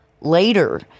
Later